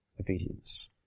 obedience